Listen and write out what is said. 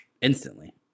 instantly